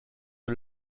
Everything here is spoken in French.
est